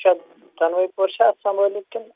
اَچھا دۄنوَے پور چھا اَتھ سَمبٲلِتھ کِنہٕ